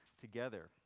together